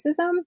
racism